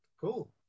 Cool